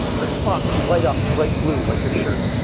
the spots light up bright blue like your shirt,